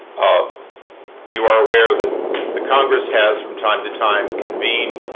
um you are aware that the congress has, from time to time, convened,